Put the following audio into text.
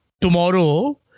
tomorrow